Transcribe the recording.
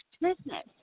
business